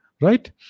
right